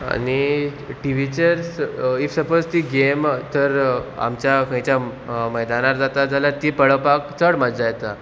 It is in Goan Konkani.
आनी टिवीचेर इफ सपोज ती गेम तर आमच्या खंयच्या मैदानार जाता जाल्यार ती पळोवपाक चड मजा येता